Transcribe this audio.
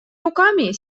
руками